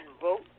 vote